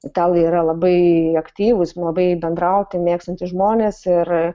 italai yra labai aktyvūs labai bendrauti mėgstantys žmonės ir